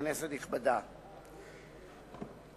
כנסת נכבדה,